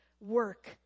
work